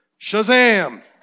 shazam